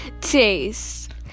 taste